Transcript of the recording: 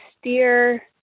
steer